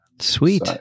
sweet